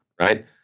right